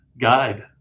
guide